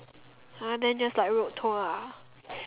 !huh! then just like road tour ah